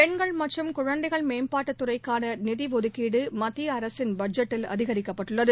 பெண்கள் மற்றும் குழந்தைகள் மேம்பாட்டுத் துறைக்கானநிதிஒதுக்கீடு மத்தியஅரசின் பட்ஜெட்டில் அதிகரிக்கப்பட்டுள்ளது